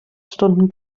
stunden